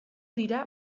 dira